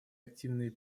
активные